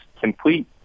complete